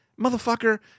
motherfucker